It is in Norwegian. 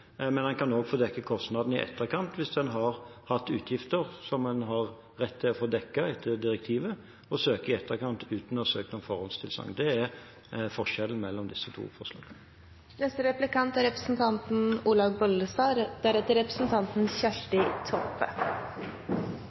Men man kan også få dekket kostnadene i etterkant, hvis en har hatt utgifter som en har rett til å få dekket etter direktivet. Man kan søke i etterkant uten å ha søkt om forhåndstilsagn. Det er forskjellen mellom disse to forslagene.